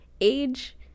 age